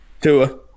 Tua